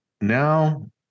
now